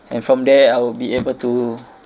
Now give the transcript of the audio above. and from there I will be able to